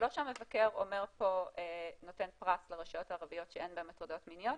זה לא שהמבקר נותן פרס לרשויות הערביות שאין בהן הטרדות מיניות,